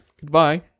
Goodbye